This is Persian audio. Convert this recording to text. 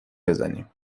بزنیم